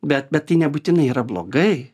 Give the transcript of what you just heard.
bet bet tai nebūtinai yra blogai